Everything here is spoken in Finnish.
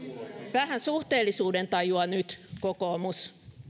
vähän suhteellisuudentajua nyt kokoomus